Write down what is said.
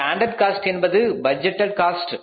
standard cost என்பது budgeted cost